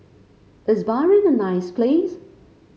is Bahrain a nice place